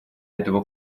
этого